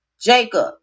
Jacob